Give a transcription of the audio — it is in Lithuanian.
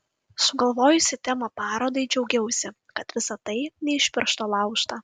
sugalvojusi temą parodai džiaugiausi kad visa tai ne iš piršto laužta